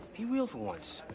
be real for once.